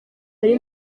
bari